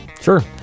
Sure